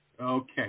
Okay